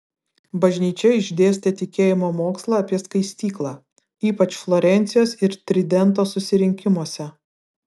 bažnyčia išdėstė tikėjimo mokslą apie skaistyklą ypač florencijos ir tridento susirinkimuose